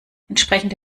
entsprechende